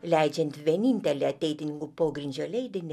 leidžiant vienintelį ateitininkų pogrindžio leidinį